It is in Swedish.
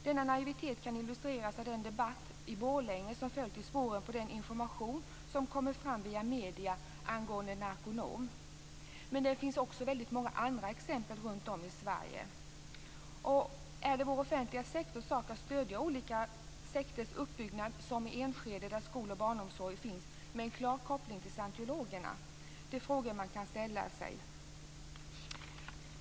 Denna naivitet kan illustreras av den debatt i Borlänge som följt i spåren på den information som kommer fram via medierna angående Narconon. Men det finns också väldigt många andra exempel runt om i Sverige. Är det vår offentliga sektors sak att stödja olika sekters uppbyggnad, som i Enskede där skol och barnomsorg finns med en klar koppling till Scientologerna. Det är frågor som man kan ställa.